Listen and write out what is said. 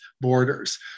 borders